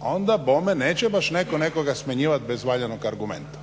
onda bome neće baš netko nekoga smjenjivati bez valjanog argumenta.